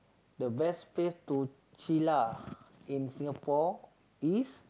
the best place to chill lah in Singapore is